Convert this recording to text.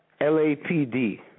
LAPD